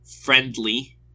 friendly